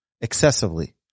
excessively